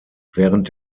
während